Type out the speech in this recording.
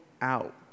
out